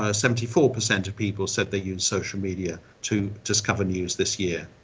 ah seventy four percent of people said they use social media to discover news this year.